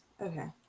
Okay